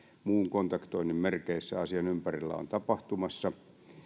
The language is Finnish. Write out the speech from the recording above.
kontaktoinnin merkeissä asian ympärillä on tapahtumassa